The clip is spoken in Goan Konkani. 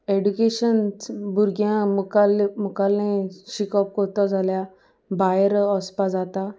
एडुकेशन्च भुरग्यां मुखाल्ले मुखाल्लें शिकोप करता जाल्या भायर वचपा जाता